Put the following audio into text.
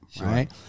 Right